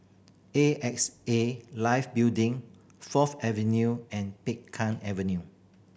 A X A Life Building Fourth Avenue and Peng Kang Avenue